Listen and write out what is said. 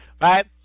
right